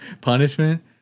punishment